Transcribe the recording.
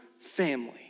family